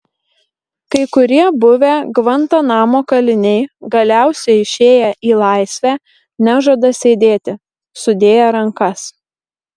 kai kurie buvę gvantanamo kaliniai galiausiai išėję į laisvę nežada sėdėti sudėję rankas